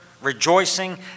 rejoicing